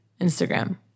Instagram